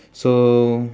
so